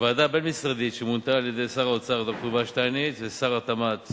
ועדה בין-משרדית שמונתה על-ידי שר האוצר ד"ר יובל שטייניץ ושר התמ"ת